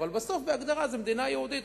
אבל בסוף בהגדרה זו מדינה יהודית.